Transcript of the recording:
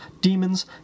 demons